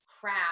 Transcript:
crap